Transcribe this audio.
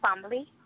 family